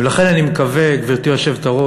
ולכן אני מקווה, גברתי היושבת-ראש,